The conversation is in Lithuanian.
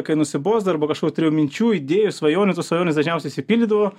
kai nusibosdavo arba kažkokių turėjau minčių idėjų svajonių tos svajonės dažniausiai išsipildydavo